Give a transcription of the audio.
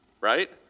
right